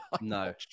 No